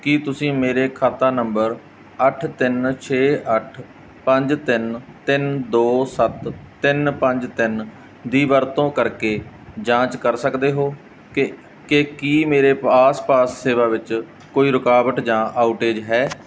ਕੀ ਤੁਸੀਂ ਮੇਰੇ ਖਾਤਾ ਨੰਬਰ ਅੱਠ ਤਿੰਨ ਛੇ ਅੱਠ ਪੰਜ ਤਿੰਨ ਤਿੰਨ ਦੋ ਸੱਤ ਤਿੰਨ ਪੰਜ ਤਿੰਨ ਦੀ ਵਰਤੋਂ ਕਰਕੇ ਜਾਂਚ ਕਰ ਸਕਦੇ ਹੋ ਕਿ ਕੀ ਮੇਰੇ ਆਸ ਪਾਸ ਸੇਵਾ ਵਿੱਚ ਕੋਈ ਰੁਕਾਵਟ ਜਾਂ ਆਉਟੇਜ ਹੈ